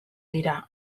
dira